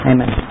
Amen